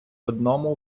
одному